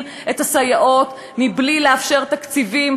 את מספר הסייעות מבלי לאפשר תקציבים,